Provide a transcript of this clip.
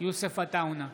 יוסף עטאונה,